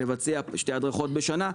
לבצע שתי הדרכות בשנה.